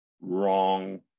Wrong